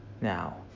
now